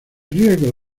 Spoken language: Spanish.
riesgo